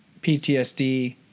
ptsd